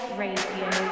radio